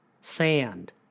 sand